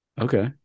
Okay